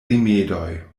rimedoj